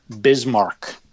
Bismarck